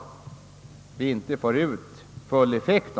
Det måste vara vägledande för resonemanget.